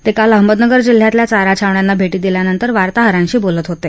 ते काल अहमदनगर जिल्ह्यातल्या चारा छावण्यांना भेटी दिल्यानंतर वार्ताहरांशी बोलत होते